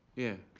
yeah.